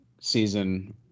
season